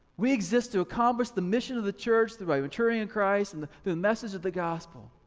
we exist to accomplish the mission of the church through a maturity in christ and the the message of the gospel,